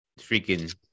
freaking